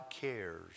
cares